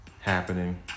happening